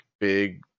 big